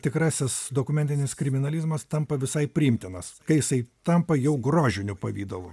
tikrasis dokumentinis kriminalizmas tampa visai priimtinas kai jisai tampa jau grožiniu pavidalu